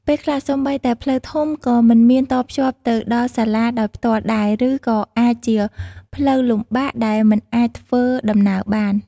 ពេលខ្លះសូម្បីតែផ្លូវធំក៏មិនមានតភ្ជាប់ទៅដល់សាលាដោយផ្ទាល់ដែរ ឬក៏អាចជាផ្លូវលំបាកដែលមិនអាចធ្វើដំណើរបាន។